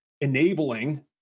enabling